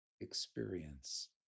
experience